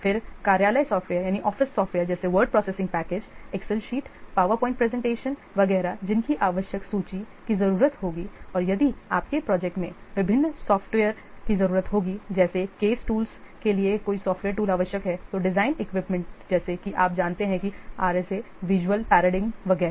फिर कार्यालय office software जैसे word processing package Excel sheet PowerPoint presentation 9powerpoint presentation वगैरह जिनकी आवश्यक सूची की जरूरत होगी और यदि आपके प्रोजेक्ट्स मैं विभिन्न सॉफ्टवेयर की जरूरत होगी जैसे CASE टूल्स के लिए कोई सॉफ्टवेयर टूल आवश्यक है तो डिजाइन इक्विपमेंट जैसे कि आप जानते हैं कि RSA विज़ुअल प्रतिमान वगैरह